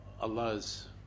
Allah's